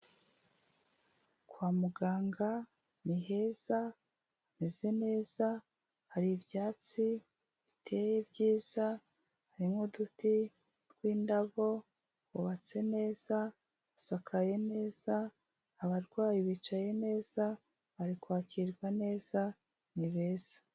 Kwa muganga ni heza, hameze neza, hari ibyatsi biteye byiza, hari n'uduti tw'indabo, hubatse neza, hasakaye neza, abarwayi bicaye neza, bari kwakirwa neza, ni beza.